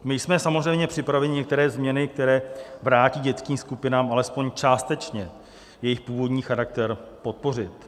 My jsme samozřejmě připraveni některé změny, které vrátí dětským skupinám alespoň částečně jejich původní charakter, podpořit.